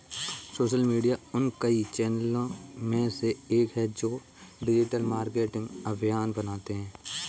social media उन कई चैनलों में से एक है जो डिजिटल मार्केटिंग अभियान बनाते हैं